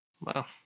Wow